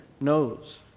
knows